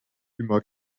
immer